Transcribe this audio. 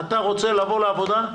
אתה רוצה לבוא לעבודה,